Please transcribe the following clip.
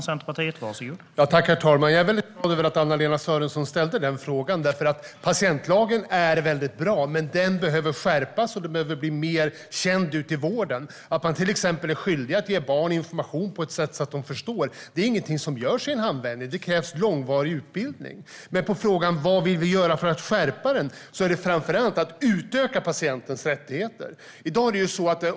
Herr talman! Jag är glad över att Anna-Lena Sörenson ställde frågan. Patientlagen är väldigt bra, men den behöver skärpas och den behöver bli mer känd ute i vården. Att man är skyldig att ge barn information på ett sätt så att de förstår är ingenting som görs i handvändning. Det krävs lång utbildning. Men vad vill vi göra för att skärpa lagstiftningen? Vi vill framför allt utöka patientens rättigheter.